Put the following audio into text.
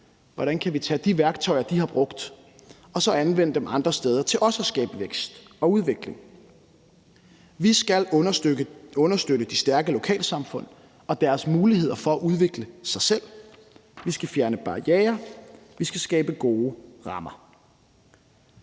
hvordan vi kan tage de værktøjer, de har brugt, og så anvende dem andre steder til også at skabe vækst og udvikling. Vi skal understøtte de stærke lokalsamfund og deres muligheder for at udvikle sig selv. Vi skal fjerne barrierer, og vi skal skabe gode rammer.